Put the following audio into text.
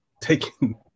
taking